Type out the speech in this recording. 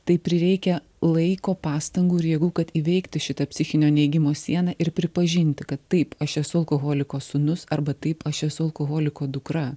tai prireikia laiko pastangų ir jėgų kad įveikti šitą psichinio neigimo sieną ir pripažinti kad taip aš esu alkoholiko sūnus arba taip aš esu alkoholiko dukra